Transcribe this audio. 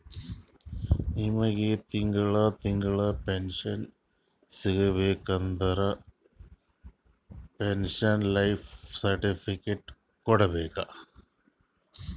ನಿಮ್ಮಗ್ ತಿಂಗಳಾ ತಿಂಗಳಾ ಪೆನ್ಶನ್ ಸಿಗಬೇಕ ಅಂದುರ್ ಪೆನ್ಶನ್ ಲೈಫ್ ಸರ್ಟಿಫಿಕೇಟ್ ಕೊಡ್ಬೇಕ್